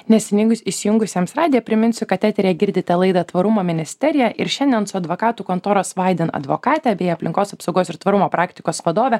neseniai įsijungusiems radiją priminsiu kad eteryje girdite laidą tvarumo ministerija ir šiandien su advokatų kontoros vaident advokate bei aplinkos apsaugos ir tvarumo praktikos vadove